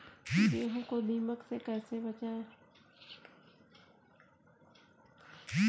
गेहूँ को दीमक से कैसे बचाएँ?